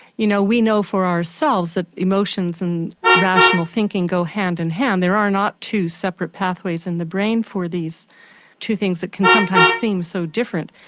you know we know for ourselves that emotions and rational thinking go hand in hand there are not two separate pathways in the brain for these two things that can sometimes seem so different.